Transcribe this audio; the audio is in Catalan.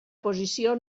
posició